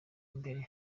mbere